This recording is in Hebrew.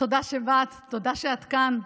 תודה שבאת, תודה שאת כאן.